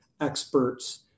experts